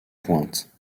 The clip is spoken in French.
pointe